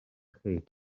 chi